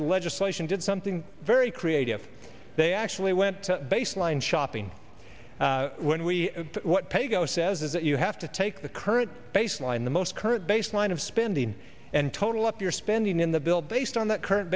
that legislation did something very creative they actually went to baseline shopping when we what paygo says is that you have to take the current baseline the most current baseline of spending and total up your spending in the bill based on that current